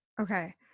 Okay